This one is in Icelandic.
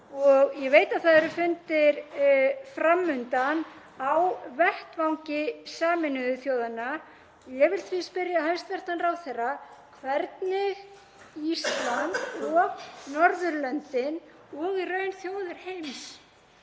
Ég veit að það eru fundir fram undan á vettvangi Sameinuðu þjóðanna og ég vil því spyrja hæstv. ráðherra hvernig Ísland og Norðurlöndin og í raun þjóðir heims